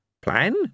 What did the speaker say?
Plan